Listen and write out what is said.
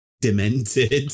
demented